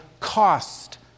cost